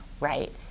right